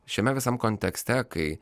šiame visam kontekste kai